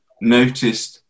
noticed